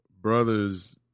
Brothers